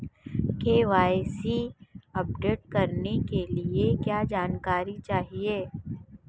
KYC update करने के लिए क्या जानकारी चाहिए?